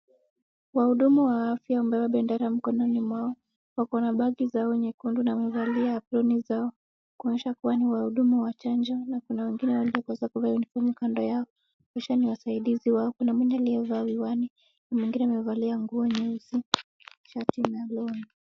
Wahudumu wa afya wabeba bendera mkononi mwao, wako na bag zao nyekundu na wamevalia apron zao, kuonyesha kuwa ni wahudumu wa chanjo, na kuna wengine waliokosa kuvaa uniform kando yao, kuonyesha ni wasaidizi wao kuna mwingine aliyevaa miwani, na mwingine amevalia nguo nyeusi, shati na long'i.